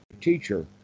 teacher